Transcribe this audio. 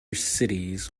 cities